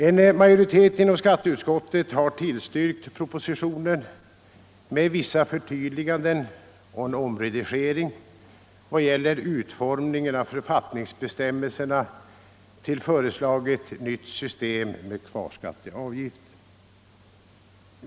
En majoritet inom skatteutskottet har tillstyrkt propositionen med vissa förtydliganden och en omredigering vad gäller utformningen av författningsbestämmelserna till föreslaget nytt system med kvarskatteavgift.